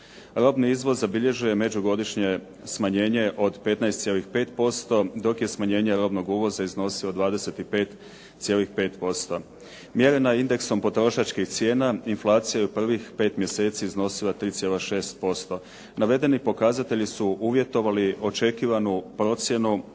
Robni izvoz zabilježio je međugodišnje smanjenje od 15,5% dok je smanjenje robnog uvoza iznosilo 25,5%. Mjerena indeksom potrošačkih cijena inflacija je u prvih pet mjeseci iznosila 3,6%. Navedeni pokazatelji su uvjetovali očekivanu procjenu